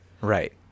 Right